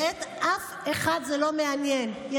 וזה לא מעניין אף אחד.